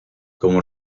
como